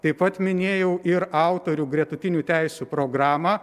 taip pat minėjau ir autorių gretutinių teisių programą